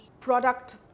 product